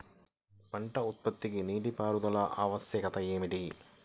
పంట ఉత్పత్తికి నీటిపారుదల ఆవశ్యకత ఏమిటీ?